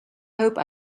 hope